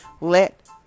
let